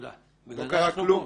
לא קרה כלום.